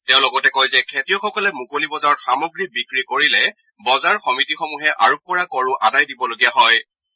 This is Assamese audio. তেওঁ লগতে কয় যে খেতিয়কসকলে মুকলি বজাৰত সামগ্ৰী বিক্ৰী কৰিলে বজাৰ সমিতিসমূহে আৰোপ কৰা কৰো আদায় দিবলগীয়া নহয়